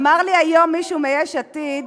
אמר לי היום מישהו מיש עתיד,